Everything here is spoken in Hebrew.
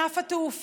כל ענף התעופה,